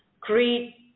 create